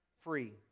free